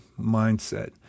mindset